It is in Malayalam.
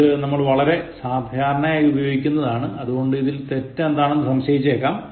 ഇത് നമ്മൾ വളരെ സാധാരണയായി ഉപയോഗിക്കുന്നതാണ് അതുകൊണ്ട് ഇതിൽ തെറ്റ് എന്താണെന്ന് സംശയിച്ചേക്കാം